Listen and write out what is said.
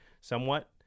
somewhat